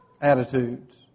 attitudes